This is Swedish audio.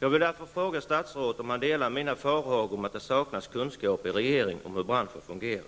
Jag vill fråga statsrådet, om han delar mina farhågor för att det saknas kunskaper i regeringen om hur branschen fungerar.